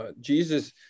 Jesus